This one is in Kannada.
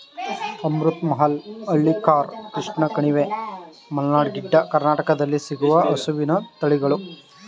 ಅಮೃತ್ ಮಹಲ್, ಹಳ್ಳಿಕಾರ್, ಕೃಷ್ಣ ಕಣಿವೆ, ಮಲ್ನಾಡ್ ಗಿಡ್ಡ, ಕರ್ನಾಟಕದಲ್ಲಿ ಸಿಗುವ ಹಸುವಿನ ತಳಿಗಳು